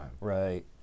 Right